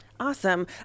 Awesome